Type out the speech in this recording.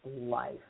life